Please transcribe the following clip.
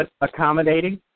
Accommodating